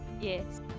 Yes